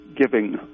giving